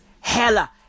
hella